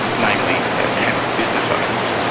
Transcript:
namely tamil business owners,